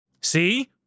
See